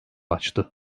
açtı